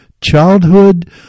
childhood